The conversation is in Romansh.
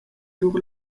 lur